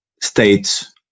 states